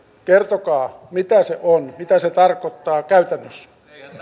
kertokaa mitä se on mitä se tarkoittaa käytännössä